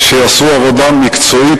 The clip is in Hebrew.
שיעשו עבודה מקצועית,